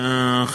תודה רבה,